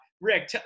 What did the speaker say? Rick